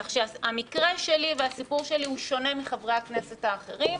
כך שהמקרה שלי והסיפור שלי הוא שונה מחברי הכנסת האחרים.